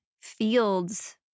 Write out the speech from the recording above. fields